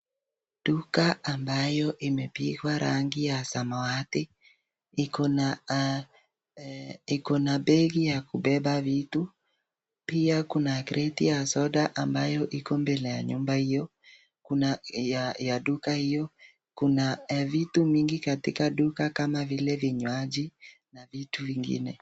Duka ambayo imepigwa rangi ya samawati, iko na beli ya kubeba vitu pia kuna kreti ya soda ambayo iko nyuma ya nyumba hiyo kuna ya duka hiyo. Kuna vitu mingi katika duka kama vile vinywaji na vitu vingine.